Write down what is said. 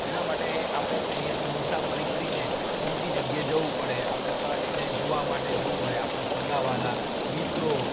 તો એના માટે આપણે ત્યાં અહીંયાંથી મુસાફરી કરીને બીજી જગ્યાએ જવું પડે આપણે ત્યાં એને જોવા માટે જવું હોય આપણા સગાવ્હાલા મિત્રો